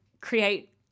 create